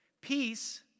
Peace